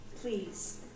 Please